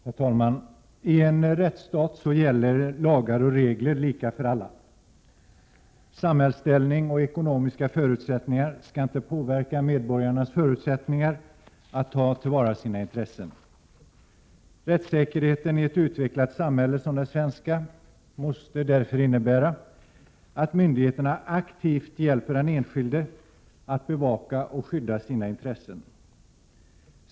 Herr talman! I en rättsstat gäller lagar och regler lika för alla. Samhällsställning och ekonomiska förutsättningar skall inte påverka medborgarnas förutsättningar att ta till vara sina intressen. Rättssäkerheten i ett utvecklat samhälle som det svenska måste därför innebära att myndigheterna aktivt hjälper den enskilde att bevaka och skydda sina intressen.